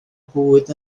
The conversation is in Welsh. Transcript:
bwyd